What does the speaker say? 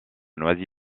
noisy